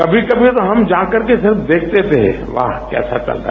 कभी कभी तो हम जाकर के सिर्फ देखते थें वहा कैसा चल रहा है